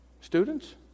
Students